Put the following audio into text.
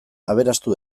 aberastu